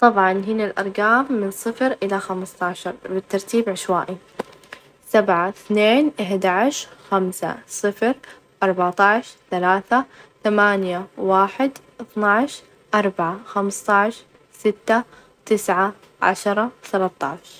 أقرا تقريبًا عشرة إلى خمسةعشر كتاب في السنة، وعلى مدة حياتي يعني يمكن أكون قرأت حوالي مئة إلى مئة وخمسين كتاب، حسب الفترات اللي كنت أركز فيها على القراية، القراية هواية أحبها؛ لإنها توسع الآفاق وتعطيني أفكار جديدة.